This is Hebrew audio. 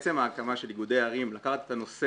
עצם ההקמה של איגודי ערים, לקחת את הנושא,